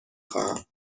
خواهم